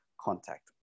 contact